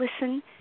listen